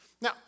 now